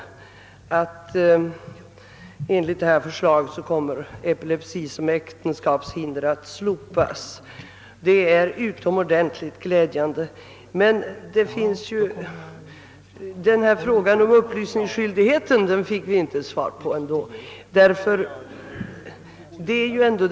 Han sade att enligt förslaget kommer epilepsi som äktenskapshinder att slopas. Det är utomordentligt glädjande. Frågan om upplysningsskyldigheten fick vi emellertid inte svar på.